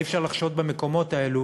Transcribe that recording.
אי-אפשר לחשוד במקומות האלה